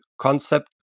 concept